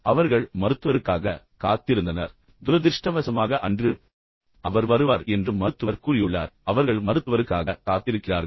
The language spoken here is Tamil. அவர்கள் மருத்துவருக்காக காத்திருந்தனர் துரதிர்ஷ்டவசமாக அன்று அவர் வருவார் என்று மருத்துவர் கூறியுள்ளார் பின்னர் அவர்கள் மருத்துவருக்காக ஆவலுடன் காத்திருக்கிறார்கள்